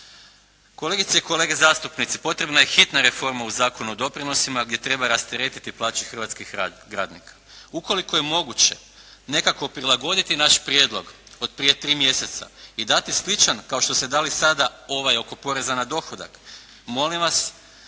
Kolegice i kolege zastupnici, potrebna je hitna reforma u Zakonu o doprinosima gdje treba rasteretiti plaće hrvatskih radnika. Ukoliko je moguće nekako prilagoditi naš prijedlog od prije 3 mjeseca i dati sličan kao što ste dali sada ovaj oko poreza na dohodak, molim vas